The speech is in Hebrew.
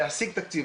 להשיג תקציב,